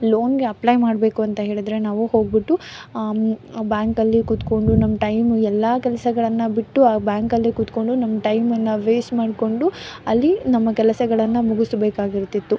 ಲೋನ್ಗೆ apply ಮಾಡಬೇಕು ಅಂತ ಹೇಳಿದರೆ ನಾವು ಹೋಗಿಬಿಟ್ಟು ಬ್ಯಾಂಕಲ್ಲಿ ಕೂತ್ಕೊಂಡು ನಮ್ಮ ಟೈಮು ಎಲ್ಲ ಕೆಲಸಗಳನ್ನ ಬಿಟ್ಟು ಆ ಬ್ಯಾಂಕಲ್ಲಿ ಕೂತ್ಕೊಂಡು ನಮ್ಮ ಟೈಮನ್ನು ವೇಸ್ಟ್ ಮಾಡಿಕೊಂಡು ಅಲ್ಲಿ ನಮ್ಮ ಕೆಲಸಗಳನ್ನು ಮುಗಿಸ್ಬೇಕಾಗಿರ್ತಿತ್ತು